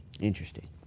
Interesting